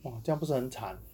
哇这样不是很惨